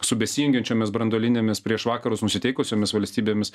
su besijungiančiomis branduolinėmis prieš vakarus nusiteikusiomis valstybėmis